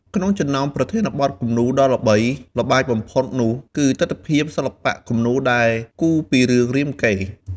ក្នុងចំណោមប្រធានបទគំនូរដ៏ល្បីល្បាញបំផុតនោះ គឺទិដ្ឋភាពសិល្បៈគំនូរដែលគូរពីរឿងរាមកេរ្តិ៍។